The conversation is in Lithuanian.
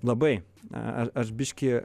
labai na a aš biškį